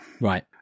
Right